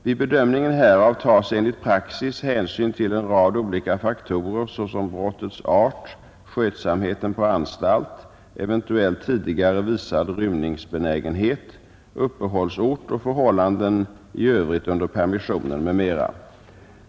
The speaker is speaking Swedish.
Vid bedömningen härav tas enligt praxis hänsyn till en rad olika faktorer såsom brottets art, skötsamheten på anstalt, eventuell tidigare visad rymningsbenägenhet, uppehållsort och förhållanden i övrigt under permissionen, m.m.